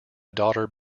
daughter